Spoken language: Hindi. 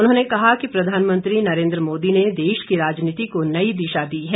उन्होंने कहा कि प्रधानमंत्री नरेन्द्र मोदी ने देश की राजनीति को नई दिशा दी है